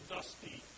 Dusty